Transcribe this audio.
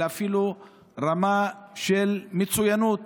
אלא אפילו רמה של מצוינות